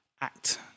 act